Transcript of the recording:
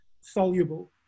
soluble